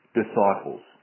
disciples